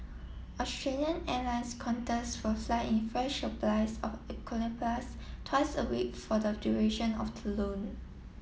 Australian airlines Qantas will fly in fresh appliers of eucalyptus twice a week for the duration of the loan